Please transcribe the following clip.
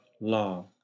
law